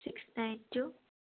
six nine two